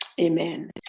amen